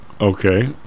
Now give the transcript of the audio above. Okay